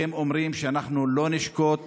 הם אומרים: אנחנו לא נשקוט,